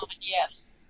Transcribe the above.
yes